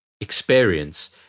experience